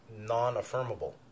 non-affirmable